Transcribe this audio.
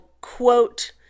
quote